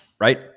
Right